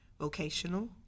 vocational